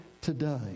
today